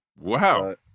Wow